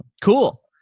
Cool